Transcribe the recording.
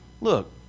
look